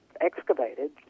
excavated